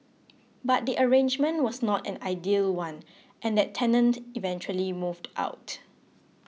but the arrangement was not an ideal one and that tenant eventually moved out